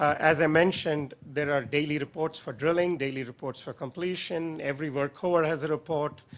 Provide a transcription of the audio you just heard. as i mentioned, there are daily reports for drilling, daily reports for completion, every worker has report,